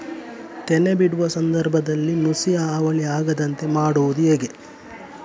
ತೆನೆ ಬಿಡುವ ಸಂದರ್ಭದಲ್ಲಿ ನುಸಿಯ ಹಾವಳಿ ಆಗದಂತೆ ಮಾಡುವುದು ಹೇಗೆ?